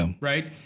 right